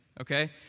okay